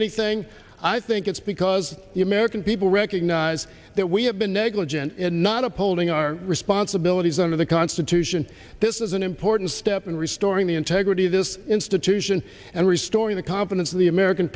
anything i think it's because the american people recognize that we have been negligent in not upholding our responsibilities under the constitution this is an important step in restoring the integrity of this institution and restoring the confidence of the american